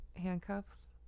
handcuffs